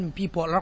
people